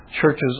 churches